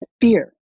fear